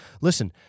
listen